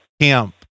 camp